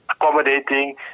Accommodating